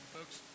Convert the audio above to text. Folks